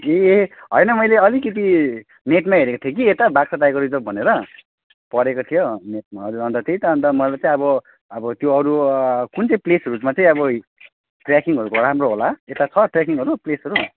ए होइन मैले अलिकति नेटमा हेरेको थिएँ कि यता बाक्सा टाइगर रिजर्भ भनेर पढेको थियो नेटमा हजुर अनि त त्यही त अनि त मैले चाहिँ अब अब त्यो अरू कुन चाहिँ प्लेसहरूमा चाहिँ अब ट्र्याकिङहरूको राम्रो होला यता छ ट्र्याकिङहरू प्लेसहरू